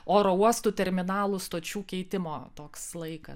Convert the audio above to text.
oro uostų terminalų stočių keitimo toks laikas